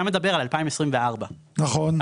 אתה מדבר על 2024. נכון.